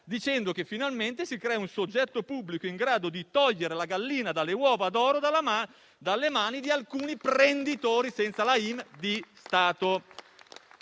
dicendo che finalmente si crea un soggetto pubblico in grado di togliere la gallina dalle uova d'oro dalle mani di alcuni "prenditori" (senza "im") di Stato.